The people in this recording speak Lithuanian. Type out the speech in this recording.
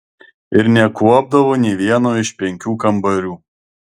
ir nekuopdavo nė vieno iš penkių kambarių